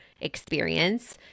experience